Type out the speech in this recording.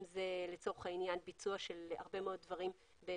אם זה ביצוע של הרבה מאוד דברים באמצעות